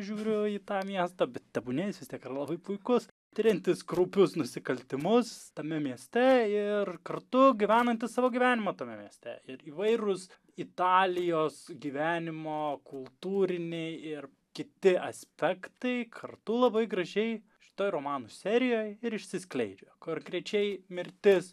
žiūriu į tą miestą bet tebūnie jis vis tiek yra labai puikus tiriantis kraupius nusikaltimus tame mieste ir kartu gyvenantis savo gyvenimą tame mieste ir įvairūs italijos gyvenimo kultūriniai ir kiti aspektai kartu labai gražiai šitoj romanų serijoj ir išsiskleidžia konkrečiai mirtis